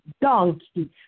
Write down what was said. donkey